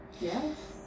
Yes